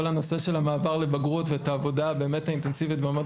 הנושא של המעבר לבגרות ואת העבודה האינטנסיבית והמאוד